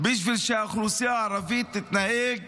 בשביל שהאוכלוסייה הערבית תתנהג